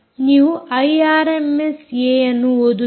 ನೀವು ಐಆರ್ಎಮ್ಎಸ್ಏ ಅನ್ನು ಓದುತ್ತೀರಿ